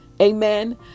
Amen